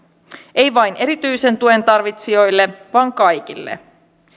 ei vain erityisen tuen tarvitsijoille vaan kaikille